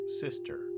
sister